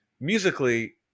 musically